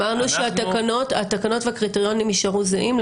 אבל אמרנו שהתקנות והקריטריונים יישארו זהים,